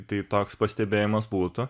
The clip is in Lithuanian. tai toks pastebėjimas būtų